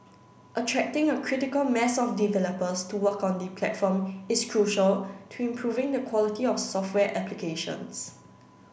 attracting a critical mass of developers to work on the platform is crucial to improving the quality of software applications